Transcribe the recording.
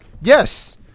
Yes